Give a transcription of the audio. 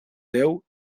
deu